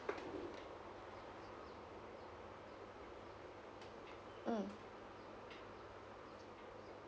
mm